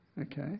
Okay